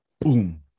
boom